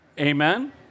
Amen